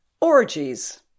Orgies